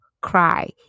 cry